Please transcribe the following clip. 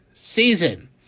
season